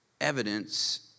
evidence